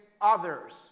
others